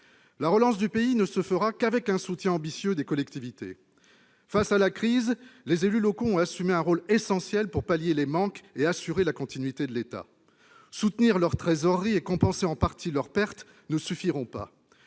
La relance du pays ne se fera qu'avec un soutien ambitieux des collectivités. Face à la crise, les élus locaux ont assumé un rôle essentiel pour pallier les manques et assurer la continuité de l'État. On ne pourra pas se contenter de soutenir la